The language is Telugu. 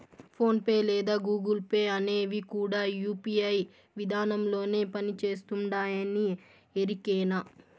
ఫోన్ పే లేదా గూగుల్ పే అనేవి కూడా యూ.పీ.ఐ విదానంలోనే పని చేస్తుండాయని ఎరికేనా